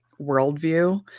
worldview